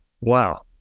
Wow